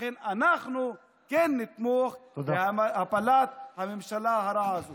לכן אנחנו כן נתמוך בהפלת הממשלה הרעה הזו.